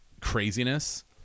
craziness